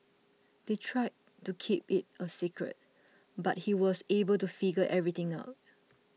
they tried to keep it a secret but he was able to figure everything out